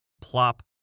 plop